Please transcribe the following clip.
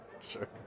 Sure